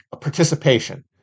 participation